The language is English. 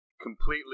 completely